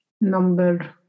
number